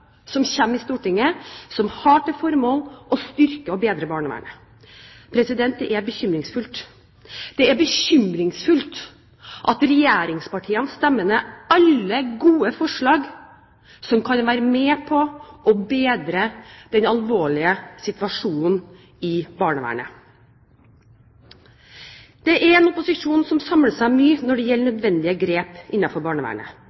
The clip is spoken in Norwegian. som kommer i Stortinget, som har til formål å styrke og bedre barnevernet. Det er bekymringsfullt. Det er bekymringsfullt at regjeringspartiene stemmer ned alle gode forslag som kan være med på å bedre den alvorlige situasjonen i barnevernet. Opposisjonen samler seg om mye for å ta grep innenfor barnevernet.